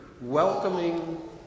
welcoming